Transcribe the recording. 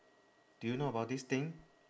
do you know about this thing